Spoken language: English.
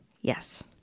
Yes